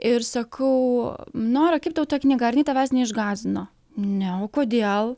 ir sakau nora kaip tau ta ar jinai tavęs neišgąsdino ne o kodėl